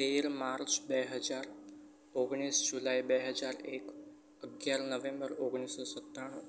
તેર માર્ચ બે હજાર ઓગણીસ જુલાઈ બે હજાર એક અગિયાર નવેમ્બર ઓગણીસસો સત્તાણું